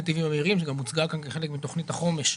שהוצגה כאן כחלק מתוכנית החומש,